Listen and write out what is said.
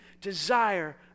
desire